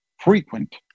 Frequent